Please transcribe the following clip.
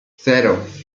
cero